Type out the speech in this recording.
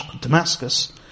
Damascus